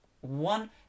one